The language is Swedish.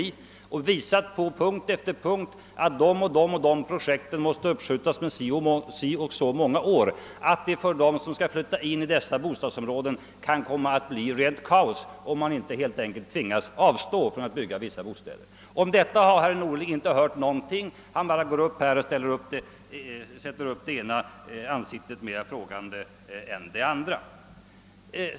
I skrivelserna påvisas punkt för punkt att olika projekt måste uppskjutas så och så många år, så att det för dem som skall flytta till dessa bostadsområden kan komma att bli rent kaos, om man inte helt enkelt tvingas avstå från att bygga vissa bostäder. Om detta har herr Norling inte hört någonting. Han stiger bara upp i talarstolen och sätter upp det ena ansiktet mera frågande än det andra.